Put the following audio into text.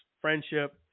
friendship